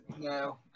no